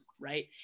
right